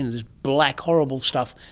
this black horrible stuff,